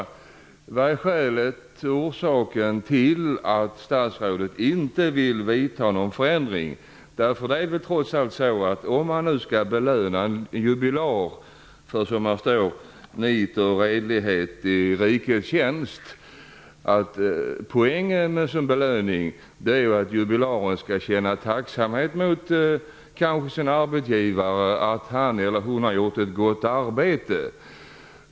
Vad är orsa ken till att statsrådet inte vill vidta någon föränd ring? Poängen med att belöna en jubilar för, som det heter, nit och redlighet i rikets tjänst är att jubila ren skall känna att arbetsgivaren är tacksam för att han eller hon gjort ett gott arbete.